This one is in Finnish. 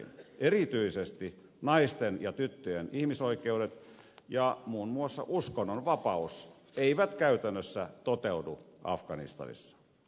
erityisesti naisten ja tyttöjen ihmisoikeudet ja muun muassa uskonnonvapaus eivät käytännössä toteudu afganistanissa